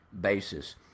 basis